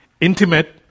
intimate